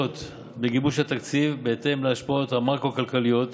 בגיבוש התקציב בהתאם להשפעות המקרו-כלכליות